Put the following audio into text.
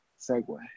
segue